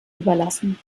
überlassen